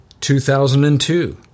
2002